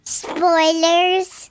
spoilers